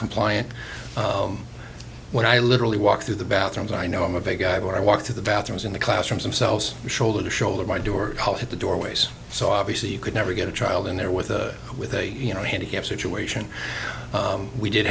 compliant when i literally walk through the bathrooms i know i'm a big guy but i walk to the bathrooms in the classrooms themselves shoulder to shoulder my door at the doorways so obviously you could never get a child in there with a with a you know and have situation we did